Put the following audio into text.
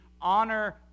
honor